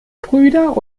brüder